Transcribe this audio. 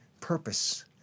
purpose